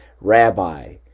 Rabbi